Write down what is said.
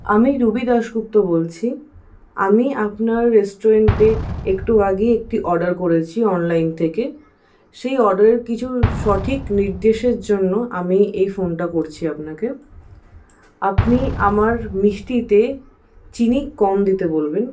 আমি রুবি দাশগুপ্ত বলছি আমি আপনার রেস্টুরেন্টে একটু আগেই একটি অর্ডার করেছি অনলাইন থেকে সেই অর্ডারের কিছু সঠিক নির্দেশের জন্য আমি এই ফোনটা করছি আপনাকে আপনি আমার মিষ্টিতে চিনি কম দিতে বলবেন